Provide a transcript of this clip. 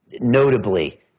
notably